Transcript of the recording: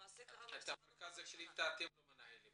למעשה --- את מרכזי הקליטה אתם לא מנהלים,